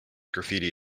graffiti